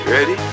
Ready